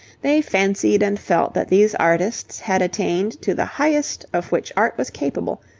they fancied and felt that these artists had attained to the highest of which art was capable,